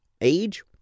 age